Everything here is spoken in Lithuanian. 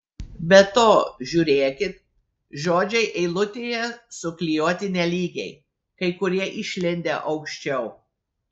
be to žiūrėkit žodžiai eilutėje suklijuoti nelygiai kai kurie išlindę aukščiau